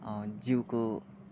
जिउको